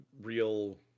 real